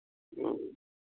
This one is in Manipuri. ꯎꯝ